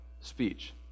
speech